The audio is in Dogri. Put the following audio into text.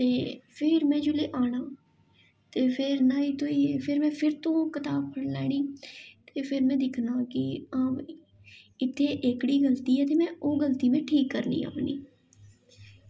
ते फिर में जेल्लै आना ते फिर न्हाई धोइयै फिर तूं कताब फड़ी लैनी ते फिर में दिक्खना कि हां इत्थें एह्कड़ी गलती ऐ ते में ओह् गलती में ठीक करनी अपनी